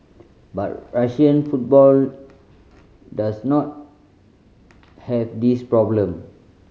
but Russian football does not have this problem